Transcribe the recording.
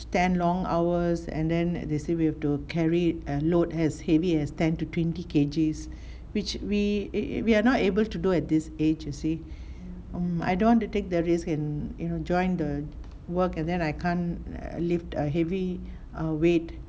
stand long hours and then they say we have to carry and load as heavy as ten to twenty K_G which we we are not able to do at this age you see mm I don't want to take the risk in you know join the work and then I can lift err heavy weight